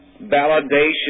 validation